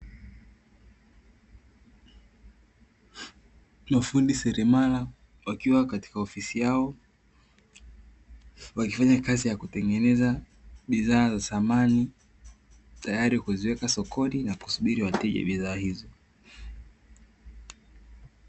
Mafundi seremala wakiwa katika ofisi yao wakifanya kazi ya kutengeneza bidhaa za samani tayari kuweka sokoni na kusubiri wateja wa bidhaa hizo .